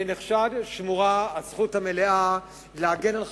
לנחשד שמורה הזכות המלאה להגן על חפותו,